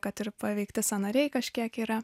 kad ir paveikti sąnariai kažkiek yra